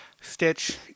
Stitch